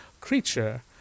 creature